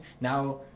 Now